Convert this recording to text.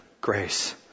Grace